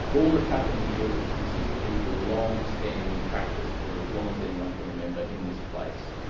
all that's happening here is consistent with the long standing practice for as long as anyone can remember in this place.